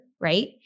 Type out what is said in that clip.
Right